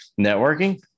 networking